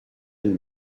elle